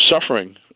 suffering